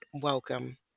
welcome